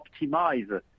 optimize